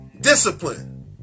discipline